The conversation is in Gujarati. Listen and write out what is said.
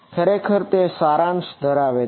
ખરેખર તે સારાંશ ધરાવે છે